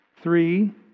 Three